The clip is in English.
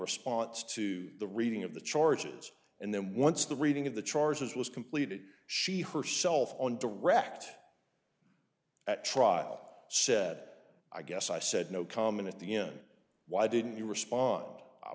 response to the reading of the charges and then once the reading of the charges was completed she herself on direct at trial said i guess i said no comment at the end why didn't you respond i